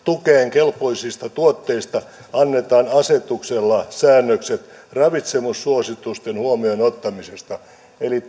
kelpoisista tuotteista annetaan asetuksella säännökset ravitsemussuositusten huomioon ottamisesta eli